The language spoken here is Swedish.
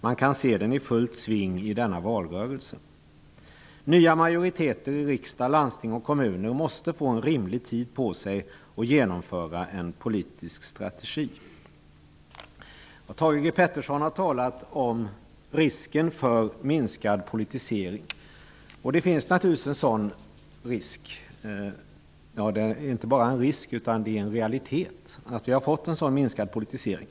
Man kan se den i fullt sving i denna valrörelse. Nya majoriteter i riksdag, landsting och kommuner måste få rimlig tid på sig att genomföra en politisk strategi. Thage G Peterson har talat om risken för minskad politisering. Det finns naturligtvis en sådan risk. Det är inte bara en risk utan en realitet att vi har fått minskad politisering.